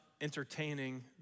entertaining